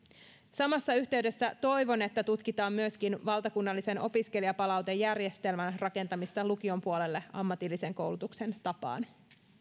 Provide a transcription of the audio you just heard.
samassa yhteydessä toivon että tutkitaan myöskin valtakunnallisen opiskelijapalautejärjestelmän rakentamista lukion puolelle ammatillisen koulutuksen tapaan